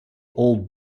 old